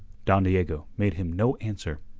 don diego made him no answer.